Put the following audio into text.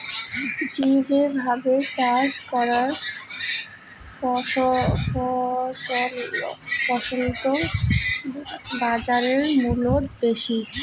জৈবভাবে চাষ করা ফছলত বাজারমূল্য বেশি